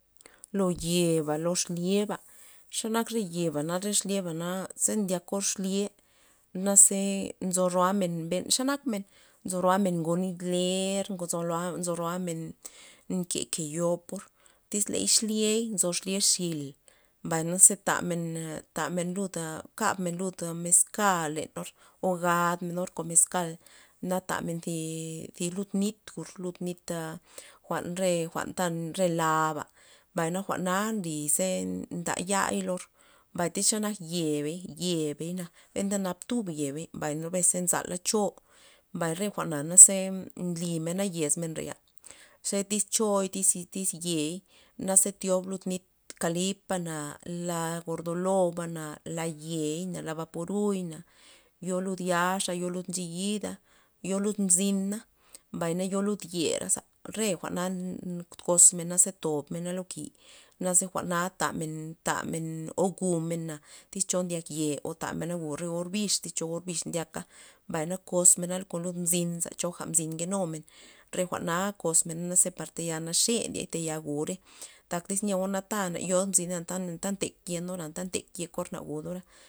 Lo yeba lo exlyeba, xe nak re yebana re exlyebana za ndyakor xlye, naze nzo roamen ben xenak men nzo roamen ngo nit manger nzo roamen nke yeke yopor tyz xlye nzo xlye xil mbay naze tamen- tamen lud kabmen lud mezka lenor o gadmenor kon mezkal na tamen zi zi lus nit jwur' lut nit a jwa'nta re jwa'n la'ba mbay jwa'na nly ze ndayay lor, mbay tyz xenak yebey- yebey na anta naptur yebey mbay nzo beza nzala cho mbay re jwa'naze nly mena yez men re ya xe tyz choy tyz- tyz yei naze thiob lud nit kalipa na la gordoloba la layeina la baporuyna yo lud yaxa yo lud ncheyida yo lud mzina, mbay yo lud yera re jwa'na kozmena ze tobmena mena lo ki' naze jwa'na tamen- tamen o jwu'men tyx cho ndyak ye tamena gumena bix cho re orbix nchaka na mbayna kozmena kon lud mzin choga mzin nkenumen re jwa'na kozmen naze par tayal naxe ndiey tayal jwu'rey tyz nyeo ta na yod mzina anta ntek yenor anta ntey yekor na jwu'dora.